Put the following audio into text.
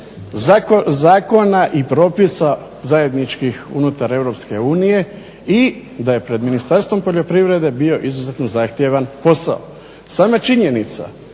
zakona i propisa zajedničkih unutar Europske unije i da je pred Ministarstvom poljoprivrede bio izuzetno zahtjevan posao. Sama činjenica